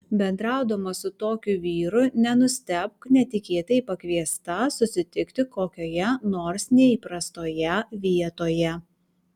bendraudama su tokiu vyru nenustebk netikėtai pakviesta susitikti kokioje nors neįprastoje vietoje